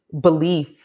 belief